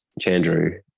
Chandru